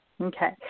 Okay